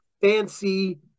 fancy